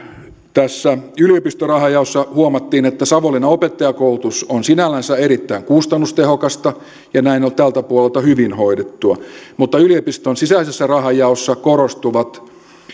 tässä yliopistorahan jaossa huomattiin että savonlinnan opettajakoulutus on sinällänsä erittäin kustannustehokasta ja näin on tältä puolelta hyvin hoidettua mutta yliopiston sisäisessä rahanjaossa korostuvat